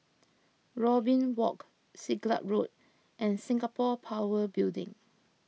Robin Walk Siglap Road and Singapore Power Building